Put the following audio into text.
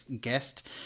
guest